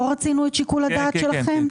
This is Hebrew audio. פה רצינו את שיקול הדעת שלכם?